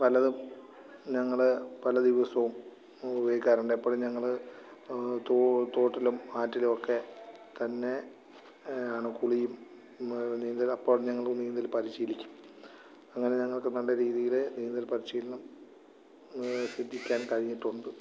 പലതും ഞങ്ങള് പല ദിവസവും ഞങ്ങളുപയോഗിക്കാറുണ്ട് എപ്പോഴും ഞങ്ങള് തോട്ടിലും ആറ്റിലൊക്കെ തന്നേ ആണ് കുളിയും നീന്തൽ അപ്പോൾ ഞങ്ങള് നീന്തിയിട്ട് പരിശീലിക്കും അങ്ങനെ ഞങ്ങൾക്ക് നല്ല രീതിയില് നീന്തൽ പരിശീലനം സൃഷ്ടിക്കാൻ കഴിഞ്ഞിട്ടുണ്ട്